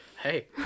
Hey